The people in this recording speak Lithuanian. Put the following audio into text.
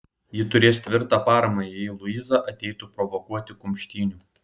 ji turės tvirtą paramą jei luiza ateitų provokuoti kumštynių